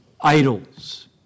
idols